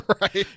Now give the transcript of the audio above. right